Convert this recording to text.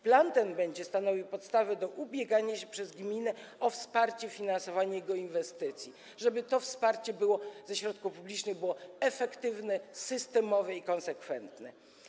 Plan ten będzie stanowił podstawę do ubiegania się przez gminę o wsparcie finansowania ujętych w tym planie inwestycji, żeby to wsparcie ze środków publicznych było efektywne, systemowe i konsekwentne.